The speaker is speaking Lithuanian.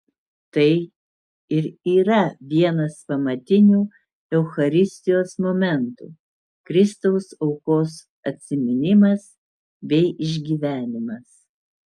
tai ir yra vienas pamatinių eucharistijos momentų kristaus aukos atsiminimas bei išgyvenimas